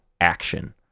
action